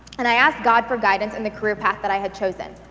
and i asked god for guidance in the career path that i had chosen.